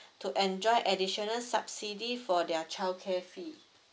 to enjoy additional subsidy for their childcare fee